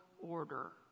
order